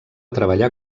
treballar